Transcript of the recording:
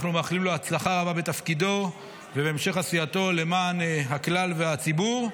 אנחנו מאחלים לו הצלחה רבה בתפקידו ובהמשך עשייתו למען הכלל והציבור,